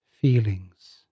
Feelings